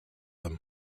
them